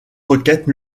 roquettes